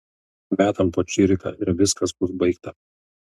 metam po čiriką ir viskas bus baigta